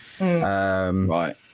Right